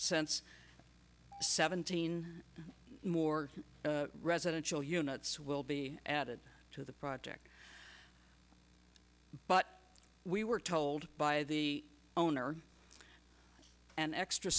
sense seventeen more residential units will be added to the project but we were told by the owner an extra